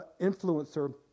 influencer